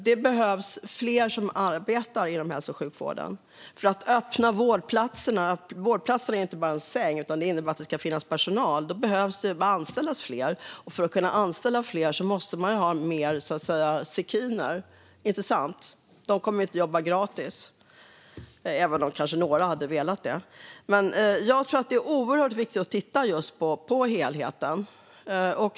Det behövs fler som arbetar inom hälso och sjukvården för att öppna vårdplatserna. En vårdplats är ju inte bara en säng, utan det innebär att det ska finnas personal. Då behöver man anställa fler, och för att kunna anställa fler måste man ha mer sekiner. Inte sant? De kommer inte att jobba gratis, även om några kanske hade velat det. Jag tror att det är oerhört viktigt att titta på helheten.